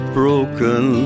broken